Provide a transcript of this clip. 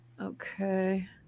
Okay